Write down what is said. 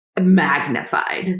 magnified